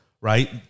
right